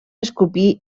escopir